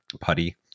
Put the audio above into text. Putty